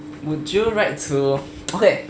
would do like to okay